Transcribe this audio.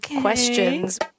questions